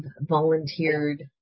volunteered